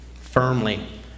firmly